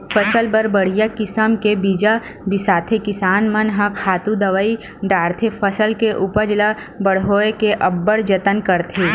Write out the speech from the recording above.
फसल बर बड़िहा किसम के बीजा बिसाथे किसान मन ह खातू दवई डारथे फसल के उपज ल बड़होए के अब्बड़ जतन करथे